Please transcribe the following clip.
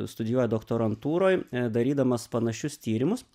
studijuoja doktorantūroj darydamas panašius tyrimus